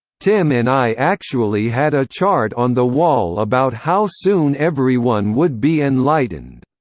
tim and i actually had a chart on the wall about how soon everyone would be enlightened.